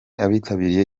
abitabiriye